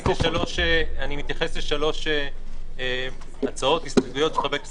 אני מתייחס לשלוש הצעות/הסתייגויות שהעלה חבר הכנסת